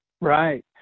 Right